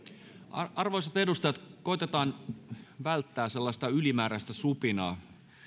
arvoisat edustajat koetetaan välttää sellaista ylimääräistä supinaa